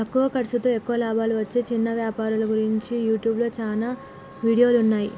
తక్కువ ఖర్సుతో ఎక్కువ లాభాలు వచ్చే చిన్న వ్యాపారాల గురించి యూట్యూబ్లో చాలా వీడియోలున్నయ్యి